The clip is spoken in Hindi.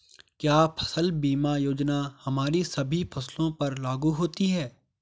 क्या फसल बीमा योजना हमारी सभी फसलों पर लागू होती हैं?